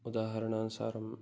उदाहरणानुसारम्